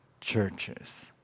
churches